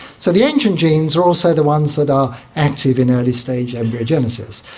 so the ancient genes are also the ones that are active in early-stage embryogenesis.